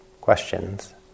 questions